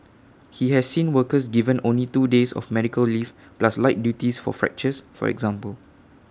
he has seen workers given only two days of medical leave plus light duties for fractures for example